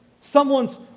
someone's